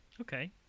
Okay